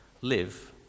live